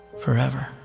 forever